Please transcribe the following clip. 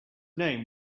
name